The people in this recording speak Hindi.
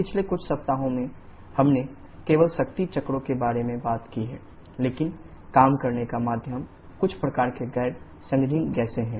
पिछले कुछ सप्ताहों में हमने केवल शक्ति चक्रों के बारे में बात की है लेकिन काम करने का माध्यम कुछ प्रकार की गैर संघनित गैसें हैं